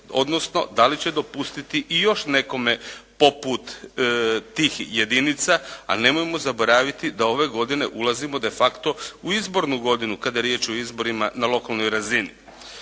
odnosno da li će dopustiti i još nekome poput tih jedinica, a nemojmo zaboraviti da ove godine ulazimo de facto u izbornu godinu kada je riječ o izborima na lokalnoj razini.